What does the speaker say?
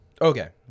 Okay